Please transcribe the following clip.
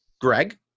Greg